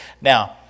Now